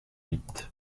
huit